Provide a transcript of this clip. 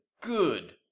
good